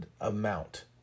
amount